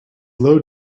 low